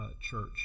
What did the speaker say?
church